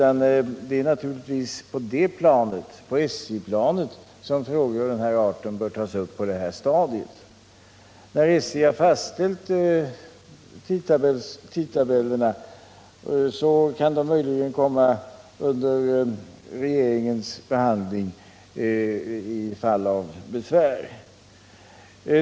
Det är naturligtvis på SJ-planet som frågor av den här arten bör tas upp på detta stadium. När SJ väl har fastställt tidtabellerna kan de möjligen komma under regeringens behandling i fall av besvär.